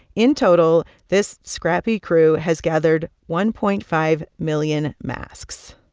in total, this scrappy crew has gathered one point five million masks.